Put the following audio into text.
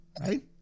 right